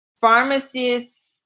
Pharmacists